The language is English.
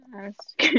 ask